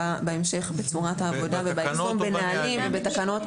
בהמשך בצורת העבודה וביישום בנהלים ובתקנות.